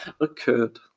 occurred